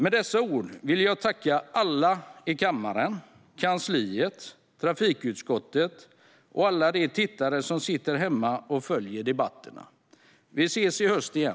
Med dessa ord vill jag tacka alla i kammaren, kansliet, trafikutskottet och alla de tittare som sitter hemma och följer debatterna. Vi ses i höst igen!